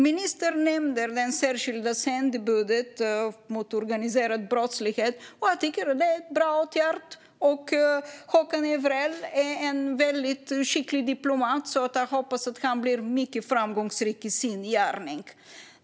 Ministern nämnde det särskilda sändebudet mot organiserad brottslighet. Det är en bra åtgärd. Håkan Jevrell är en väldigt skicklig diplomat. Jag hoppas att han blir mycket framgångsrik i sin gärning.